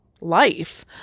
life